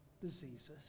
diseases